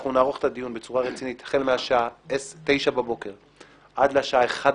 אנחנו נערוך את הדיון בצורה רצינית החל מהשעה 09:00 ועד לשעה